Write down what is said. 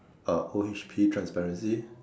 O_H_P transparency